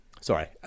Sorry